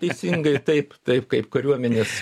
teisingai taip taip kaip kariuomenės